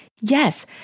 Yes